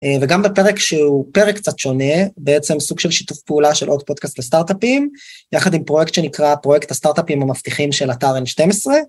וגם בפרק שהוא פרק קצת שונה, בעצם סוג של שיתוף פעולה של עוד פודקאסט לסטארט-אפים, יחד עם פרויקט שנקרא פרויקט הסטארט-אפים המבטיחים של אתר N12.